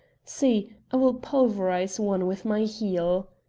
see, i will pulverise one with my heel.